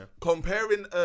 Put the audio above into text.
comparing